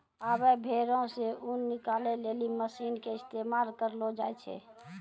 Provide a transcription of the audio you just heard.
आबै भेड़ो से ऊन निकालै लेली मशीन के इस्तेमाल करलो जाय छै